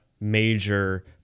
major